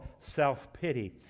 self-pity